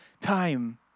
time